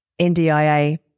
NDIA